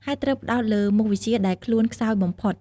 ហើយត្រូវផ្តោតលើមុខវិជ្ជាដែលខ្លួនខ្សោយបំផុត។